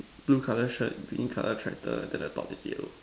blur colour shirt green colour triter then the top is yellow